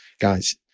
guys